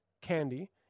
candy